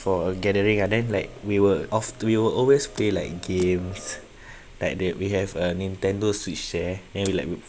for a gathering lah and then like we were off to we will always play like games like that we have a nintendo switch there and we like